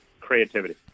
Creativity